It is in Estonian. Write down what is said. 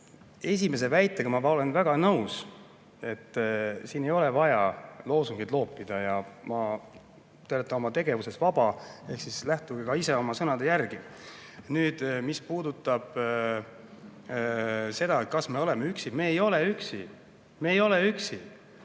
Esimese väitega ma olen väga nõus, et siin ei ole vaja loosungeid loopida. Ja te olete oma tegevuses vaba ehk siis lähtuge ka ise oma sõnadest. Mis puudutab seda, kas me oleme üksi, siis me ei ole üksi. Me ei ole üksi